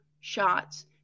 shots